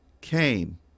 came